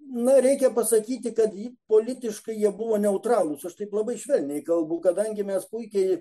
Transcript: na reikia pasakyti kad jie politiškai jie buvo neutralūs aš taip labai švelniai kalbu kadangi mes puikiai